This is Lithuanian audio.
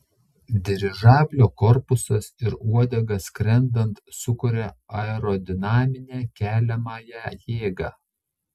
dirižablio korpusas ir uodega skrendant sukuria aerodinaminę keliamąją jėgą